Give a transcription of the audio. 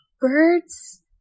Birds